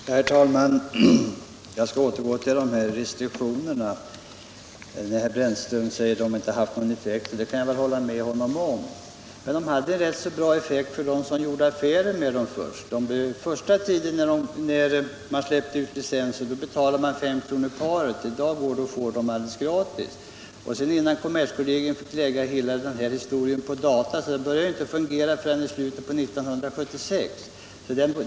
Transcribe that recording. Herr talman! Jag skall återgå till restriktionerna, som herr Brännström påstår inte har haft någon effekt. Det kan jag väl hålla med honom om. Men de hade rätt så god effekt för dem som gjorde affärer med dem. Under den första tiden sedan licenserna släppts ut betalade man 5 kr. paret. I dag går det att få dem gratis. Sedan gick kommerskollegium över till data. Men det hela började inte att fungera förrän i slutet av 1976.